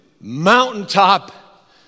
mountaintop